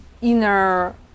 inner